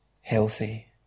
healthy